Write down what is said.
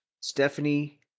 Stephanie